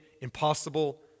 impossible